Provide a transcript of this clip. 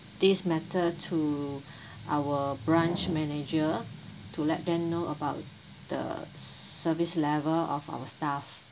this matter to our branch manager to let them know about the service level of our staff